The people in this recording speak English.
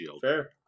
Fair